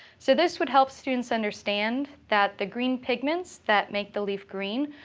so this would help students understand that the green pigments that make the leaf green,